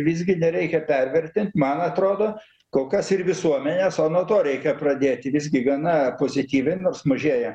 visgi nereikia pervertint man atrodo kol kas ir visuomenės o nuo to reikia pradėti visgi gana pozityviai nors mažėja